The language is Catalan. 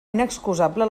inexcusable